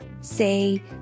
say